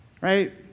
Right